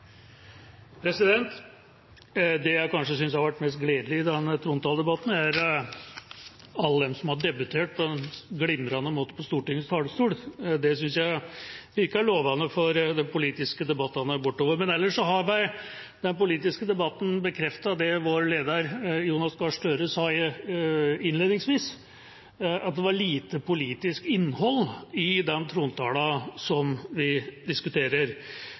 alle de som har debutert på en glimrende måte på Stortingets talerstol. Det synes jeg virker lovende for de politiske debattene framover. Men ellers har vel den politiske debatten bekreftet det vår leder, Jonas Gahr Støre, sa innledningsvis, at det var lite politisk innhold i den trontalen som vi diskuterer.